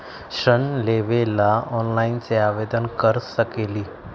ऋण लेवे ला ऑनलाइन से आवेदन कर सकली?